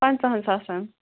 پَنٛژاہَن ساسن